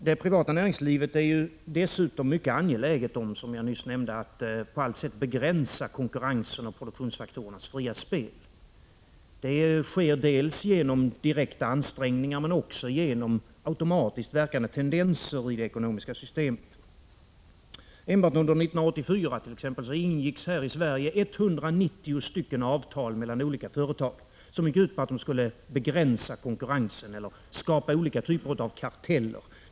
Det privata näringslivet är dessutom mycket angeläget om, som jag nyss nämnde, att på alla sätt begränsa konkurrensen och produktionsfaktorernas fria spel. Det sker dels genom direkta ansträngningar, dels genom automatiskt verkande tendenser i det ekonomiska systemet. Enbart under 1984 ingicks här i Sverige 190 avtal mellan olika företag, som gick ut på att de skulle begränsa konkurrensen eller skapa olika typer av karteller.